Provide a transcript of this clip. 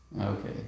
Okay